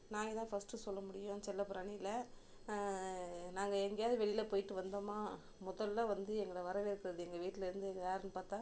நாய் தான் ஃபஸ்ட்டு சொல்ல முடியும் செல்லப்பிராணியில நாங்கள் எங்கையாவது வெளியில போய்ட்டு வந்தோம்மா முதல்ல வந்து எங்களை வரவேற்கிறது எங்கள் வீட்டில இருந்து யாருன்னு பார்த்தா